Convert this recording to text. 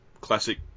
classic